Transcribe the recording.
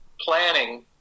planning